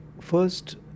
First